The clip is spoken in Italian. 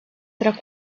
tra